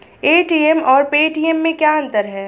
ATM और Paytm में क्या अंतर है?